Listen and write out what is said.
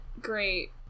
great